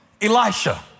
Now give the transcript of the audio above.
Elisha